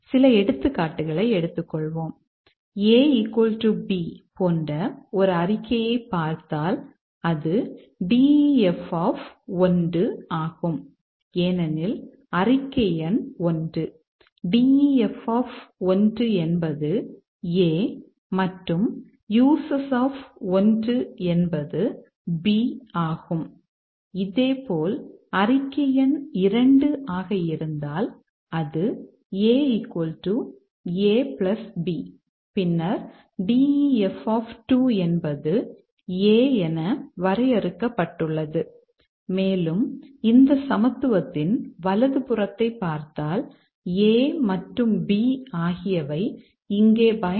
சில எடுத்துக்காட்டுகளை எடுத்துக்கொள்வோம் a b போன்ற ஒரு அறிக்கையைப் பார்த்தால் அது DEF என்பதை a b என்று எழுதுகிறோம்